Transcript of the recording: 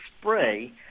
spray